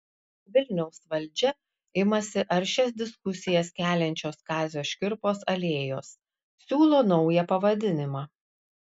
vilniaus valdžia imasi aršias diskusijas keliančios kazio škirpos alėjos siūlo naują pavadinimą